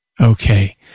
Okay